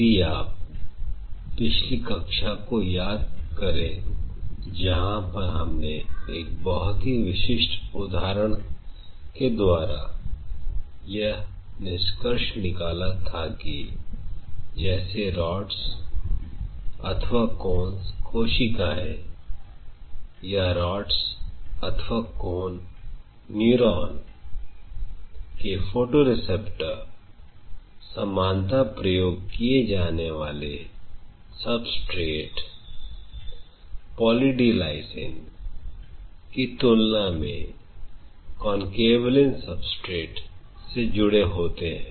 यदि आप पिछली कक्षा को याद करें जहां पर हमने एक बहुत ही विशिष्ट उदाहरण के द्वारा यह निष्कर्ष निकाला था कि कैसे rods अथवा cone कोशिकाएं या rods अथवा cone न्यूरॉन के फोटोरिसेप्टर समानता प्रयोग किए जाने वाले सबस्ट्रेट Poly D Lysine की तुलना में Concanavalin substrate से जुड़े होते हैं